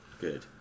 good